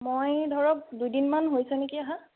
মই ধৰক দুদিনমান হৈছে নেকি আহা